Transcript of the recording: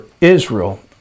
Israel